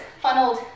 funneled